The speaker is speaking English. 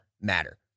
matter